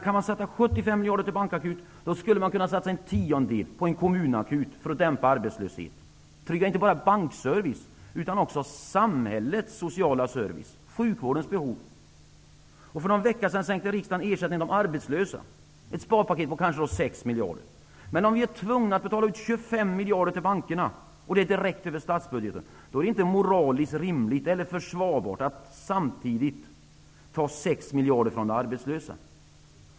Kan man sätta av 75 miljarder till en bankakut skulle man kunna satsa en tiondel på en kommunakut för att dämpa arbetslösheten och trygga inte bara bankservicen utan också samhällets sociala service och sjukvårdens behov. För någon vecka sedan sänkte riksdagen ersättningen till de arbetslösa -- ett sparpaket på kanske 6 miljarder. Men om vi är tvungna att betala ut 25 miljarder till bankerna, och det direkt över statsbudgeten, är det inte moraliskt försvarbart att samtidigt ta 6 miljarder från de arbetslösa.